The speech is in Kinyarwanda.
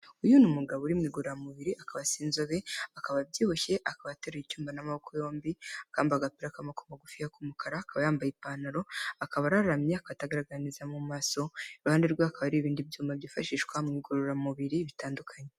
Uyu ni umugabo uri mu ingoramubiri, akaba asa inzobe, akaba abyibushye, akaba aterura icyuma n'amaboko yombi, akaba yambaye agapira k'amaboko magufiya k'umukara, akaba yambaye ipantaro, akaba araramye, atagaragara neza mu maso. Iruhande rwe hakaba hari ibindi byuma byifashishwa mu ingororamubiri bitandukanye.